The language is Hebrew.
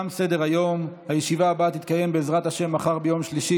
ובכן, 34 תומכים, אין מתנגדים, אין נמנעים.